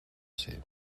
ser